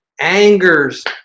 angers